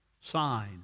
sign